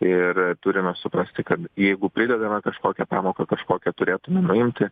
ir turime suprasti kad jeigu pridedame kažkokią pamoką kažkokią turėtume nuimti